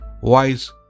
wise